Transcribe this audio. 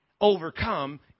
overcome